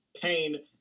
pain